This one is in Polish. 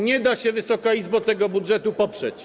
Nie da się, Wysoka Izbo, tego budżetu poprzeć.